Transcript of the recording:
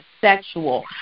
sexual